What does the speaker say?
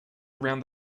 around